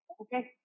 Okay